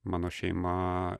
mano šeima